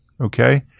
Okay